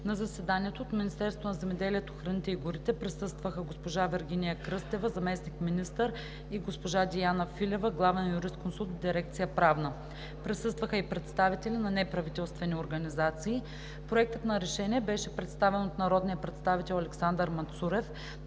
На заседанието от Министерството на земеделието, храните и горите присъстваха: Вергиния Кръстева – заместник-министър, и Диана Филева – главен юрисконсулт в дирекция „Правна“; присъстваха и представители на неправителствени организации. Проектът на решение беше представен от народния представител Александър Мацурев.